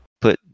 put